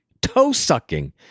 toe-sucking